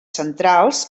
centrals